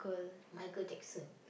Michael-Jackson